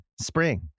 Spring